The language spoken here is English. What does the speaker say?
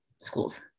schools